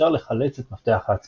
אפשר לחלץ את מפתח ההצפנה.